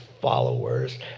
followers